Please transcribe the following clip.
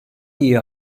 iyi